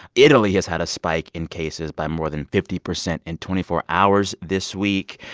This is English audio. italy has had a spike in cases by more than fifty percent in twenty four hours this week.